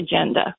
agenda